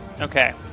Okay